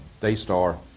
Daystar